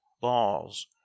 balls